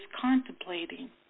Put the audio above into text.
contemplating